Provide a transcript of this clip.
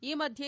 ಈ ಮಧ್ಯೆ